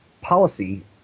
policy